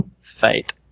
fate